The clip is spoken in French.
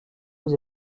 aux